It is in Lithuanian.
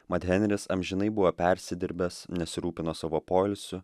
mat henris amžinai buvo persidirbęs nesirūpino savo poilsiu